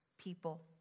people